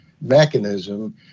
mechanism